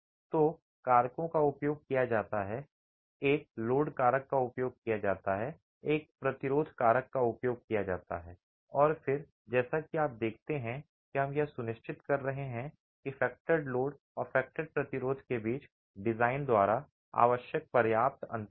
तो कारकों का उपयोग किया जाता है एक लोड कारक का उपयोग किया जाता है एक प्रतिरोध कारक का उपयोग किया जाता है और फिर जैसा कि आप देखते हैं हम यह सुनिश्चित कर रहे हैं कि फैक्टरेड लोड और फैक्टर प्रतिरोध के बीच डिजाइन द्वारा आवश्यक पर्याप्त अंतर है